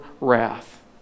wrath